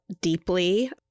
deeply